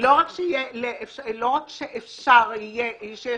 לפחות חצי מהחברות הזרות שפועלות בארץ הן ללא נציגות.